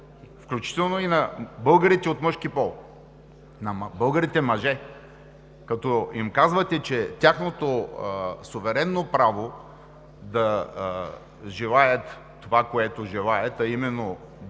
включително и на българите от мъжки пол, на българите мъже, като им казвате, че тяхното суверенно право да желаят това, което желаят, а именно мажоритарно